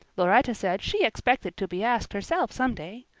lauretta said she expected to be asked herself someday.